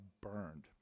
burned